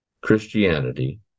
Christianity